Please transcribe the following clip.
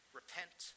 repent